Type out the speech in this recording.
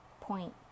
point